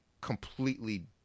completely